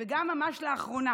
וגם ממש לאחרונה